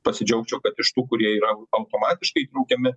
pasidžiaugčiau kad iš tų kurie yra automatiškai įtraukiami